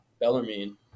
Bellarmine